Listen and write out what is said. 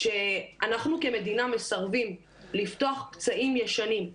כשאנחנו כמדינה מסרבים לפתוח פצעים ישנים,